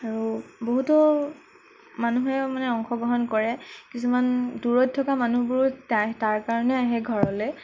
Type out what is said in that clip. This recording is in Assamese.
আৰু বহুতো মানুহেও মানে অংশগ্ৰহণ কৰে কিছুমান দূৰৈত থকা মানুহবোৰো তাৰ তাৰ কাৰণেই আহে ঘৰলৈ